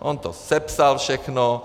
On to sepsal všechno.